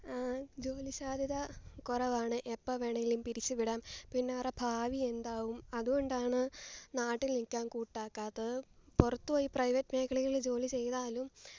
ജോലിസാദ്ധ്യത കുറവാണ് എപ്പോൾ വേണേലും പിരിച്ചുവിടാം പിന്നെ അവരുടെ ഭാവി എന്താകും അതുകൊണ്ടാണ് നാട്ടിൽ നിൽക്കാൻ കൂട്ടാക്കാത്തതും പുറത്തുപോയി പ്രൈവറ്റ് മേഖലകളിൽ ജോലി ചെയ്താലും